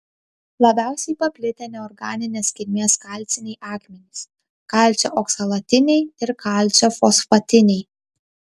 labiausiai paplitę neorganinės kilmės kalciniai akmenys kalcio oksalatiniai ir kalcio fosfatiniai